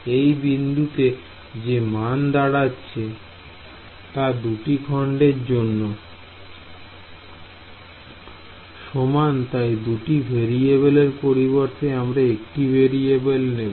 এই বিন্দুতে যে মান দাঁড়াচ্ছে তা দুটি খন্ডের জন্য সমান তাই দুটি ভেরিয়েবলের পরিবর্তে আমরা একটি ভেরিয়েবল নেব